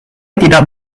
tidak